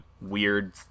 weird